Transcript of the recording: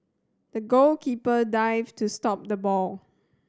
the goalkeeper dived to stop the ball